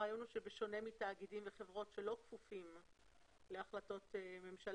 הרעיון הוא שבשונה מתאגידים וחברות שלא כפופים להחלטות ממשלה,